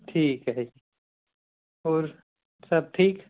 ਠੀਕ ਹੈ ਹੋਰ ਸਭ ਠੀਕ